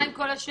מה עם כל השאר?